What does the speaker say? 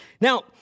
Now